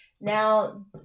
Now